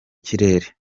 kirere